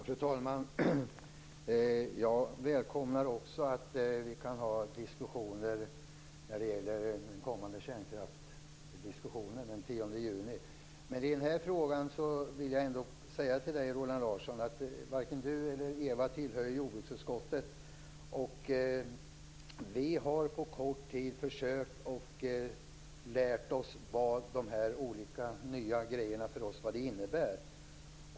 Fru talman! Jag välkomnar också att vi kan ha diskussioner när det gäller den kommande kärnkraftsdebatten den 10 juni. Men beträffande den här frågan vill jag ändå säga att varken Roland Larsson eller Eva Goës tillhör jordbruksutskottet. Vi har på kort tid försökt lära oss vad dessa för oss nya saker innebär.